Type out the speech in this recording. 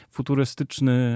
Futurystyczny